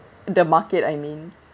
the market I mean